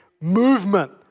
movement